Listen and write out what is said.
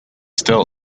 still